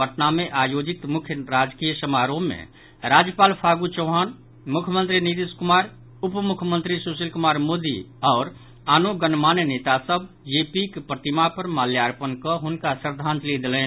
पटना मे आयोजित मुख्य राजकीय समारोह मे राज्यपाल फागू चौहान मुख्यमंत्री नीतीश कुमार उप मुख्यमंत्री सुशील कुमार मोदी आओर आनो गणमान्य नेता सभ जेपीक प्रतिमा पर माल्यार्पण कऽ हुनका श्रद्धांजलि देलनि